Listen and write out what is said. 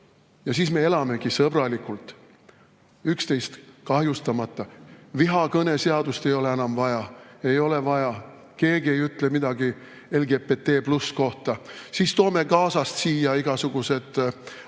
siis me elamegi sõbralikult, üksteist kahjustamata. Vihakõneseadust ei ole enam vaja. Ei ole vaja. Keegi ei ütle midagi LGBT+ kohta. Siis toome Gazast siia igasugused